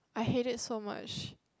I hate it so much